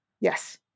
Yes